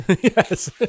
Yes